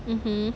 mmhmm